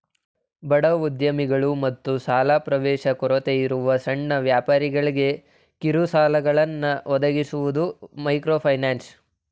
ಬಡವ ಉದ್ಯಮಿಗಳು ಮತ್ತು ಸಾಲ ಪ್ರವೇಶದ ಕೊರತೆಯಿರುವ ಸಣ್ಣ ವ್ಯಾಪಾರಿಗಳ್ಗೆ ಕಿರುಸಾಲಗಳನ್ನ ಒದಗಿಸುವುದು ಮೈಕ್ರೋಫೈನಾನ್ಸ್